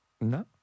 No